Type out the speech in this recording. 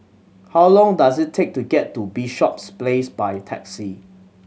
how long does it take to get to Bishops Place by taxi